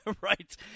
Right